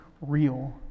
real